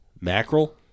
Mackerel